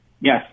Yes